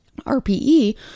RPE